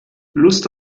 lust